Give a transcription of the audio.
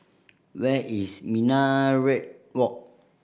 where is Minaret Walk